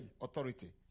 authority